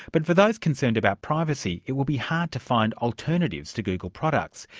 but for those concerned about privacy, it will be hard to find alternatives to google products.